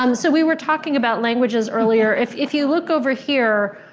um so we were talking about languages earlier. if if you look over here,